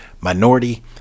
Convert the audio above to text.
minority